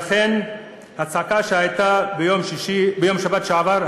והצעקה שהייתה ביום שבת שעבר,